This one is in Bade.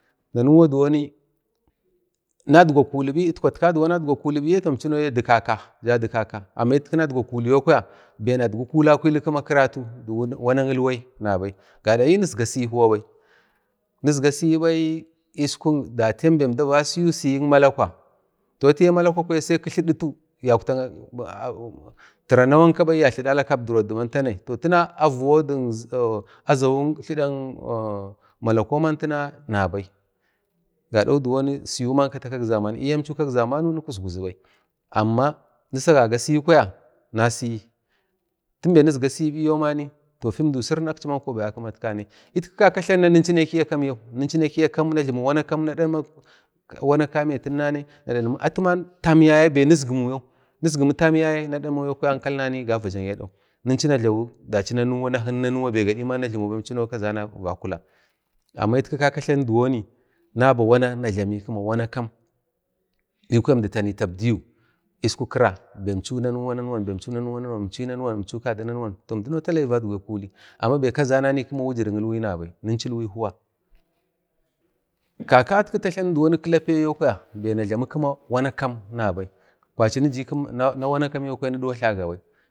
nanuwa diwoni nagdwa kuli biyi, itkwata inchinau da dik kaka amma nadgwa kuliyo kwaya fi nadgwi kuli gima karatu dik wana kil wai nabai gadak ni nizga siyi huwa bai, nizga siyabai askuk datiyan be əmda va siyu siyik malakwa atiyi malakwa sai ki tlidatu ya uktak tira nakwnaba ya tlidala kabdiro diman tanai azau kaktlidak malakwau mantinaa nabai gado duwon siyi man kata kak zaman niyi chikuk zamanu nukuz guxatu bai amma nisagaga siyi kwaya nasiyi tinda nizga siyi biyo bani fiwun dau sirin atiyau akimatakanai, aka tlanum nuncu nekiyu a kam yau najlimik wana kam na dadmaktam yaya be nisikmu yau, nusukmutam yaye nadadmoni ankalina ga vadak a dau nichu na jlami dachi na kini nanuwa be gadi ba na jlimubai kazana vakula amma ayutku ka katlanu duwoni nabak wana na jlamikima wanana kamn bikwa əmdi tanai tabdiyu iskuk kira bemchau nanwan inchi nanwan imdau daka nanwan əmdinau oira ni vadgwe kuli amma bai akzana kima wujir kilwa nabai ninchu ilwai huwa. Kakatku tatalani kilapiya yo kwaya fi na jlami kima wana kam nabai niji kam, anawana kam yokwa nidwatlaga bai,